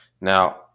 Now